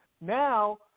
now –